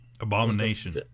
Abomination